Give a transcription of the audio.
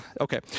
okay